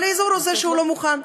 אבל האזור הוא זה שלא מוכן.